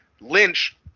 Lynch